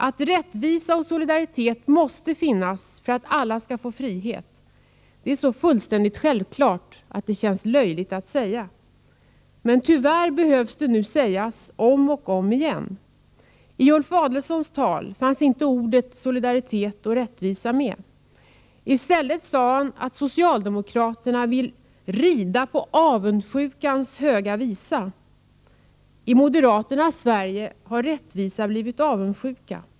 Att rättvisa och solidaritet måste finnas för att alla skall få frihet är så fullständigt självklart att det känns löjligt att säga. Men tyvärr behövs det sägas nu, om och om igen. I Ulf Adelsohns tal fanns inte orden solidaritet och rättvisa med. I stället sade han att socialdemokraterna vill rida på avundsjukans höga visa. I moderaternas Sverige har rättvisa blivit avundsjuka.